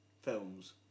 films